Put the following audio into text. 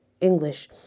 English